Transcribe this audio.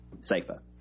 safer